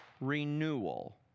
renewal